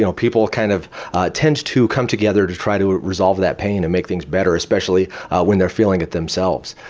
you know people kind of tinge to come together to try to resolve that pain and make things better, especially when they're feeling it themselves.